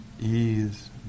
ease